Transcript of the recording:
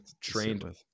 trained